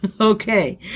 Okay